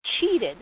cheated